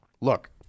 Look